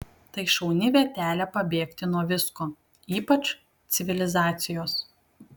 tai šauni vietelė pabėgti nuo visko ypač civilizacijos